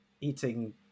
eating